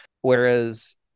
Whereas